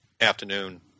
afternoon